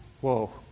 whoa